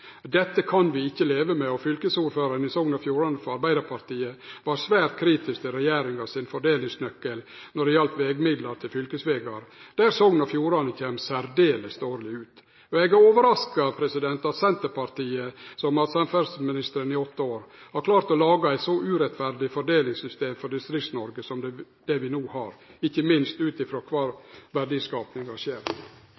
Dette kan vi ikkje leve med. Fylkesordføraren i Sogn og Fjordane – frå Arbeidarpartiet – var svært kritisk til regjeringas fordelingsnøkkel når det gjaldt vegmidlar til fylkesvegar, der Sogn og Fjordane kjem særs dårleg ut. Eg er overraska over at Senterpartiet, som har hatt samferdsleministeren i åtte år, har klart å lage eit så urettferdig fordelingssystem for Distrikts-Noreg som det vi no har – ikkje minst ut frå kvar